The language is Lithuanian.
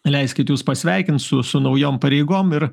leiskit jus pasveikint su su naujom pareigom ir